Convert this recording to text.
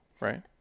right